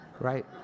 Right